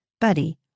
Buddy